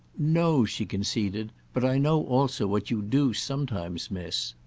no, she conceded but i know also what you do sometimes miss.